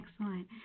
Excellent